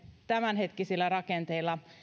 tämänhetkisillä rakenteilla